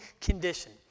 condition